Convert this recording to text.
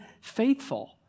faithful